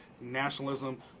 nationalism